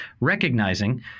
recognizing